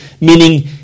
meaning